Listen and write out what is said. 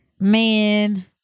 man